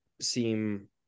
seem